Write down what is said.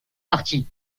parties